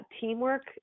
teamwork